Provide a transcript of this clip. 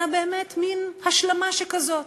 אלא באמת מין השלמה שכזאת.